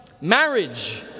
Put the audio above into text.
Marriage